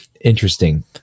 Interesting